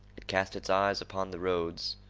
it cast its eyes upon the roads,